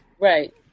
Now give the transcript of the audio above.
Right